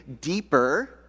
deeper—